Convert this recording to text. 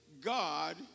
God